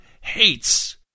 hates